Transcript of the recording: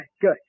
good